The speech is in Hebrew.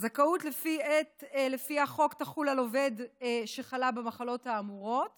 הזכאות לפי החוק תחול על עובד שחלה במחלות האמורות